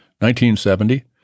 1970